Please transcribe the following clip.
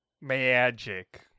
magic